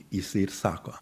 jisai ir sako